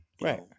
Right